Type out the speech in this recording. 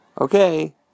Okay